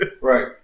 Right